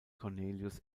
cornelius